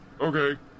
okay